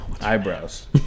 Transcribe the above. Eyebrows